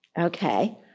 Okay